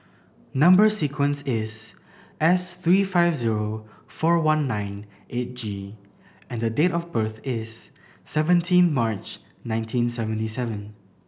number sequence is S three five zero four one nine eight G and date of birth is seventeen March nineteen seventy seven